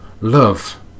love